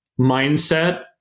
mindset